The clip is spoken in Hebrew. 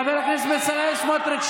חבר הכנסת בצלאל סמוטריץ'.